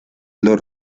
los